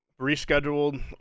rescheduled